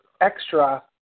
extra